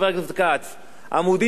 עמודים שלמים של ילדים.